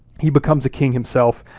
he becomes a king himself.